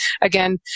Again